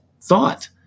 thought